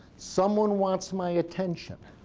someone wants my attention,